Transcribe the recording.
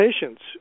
patients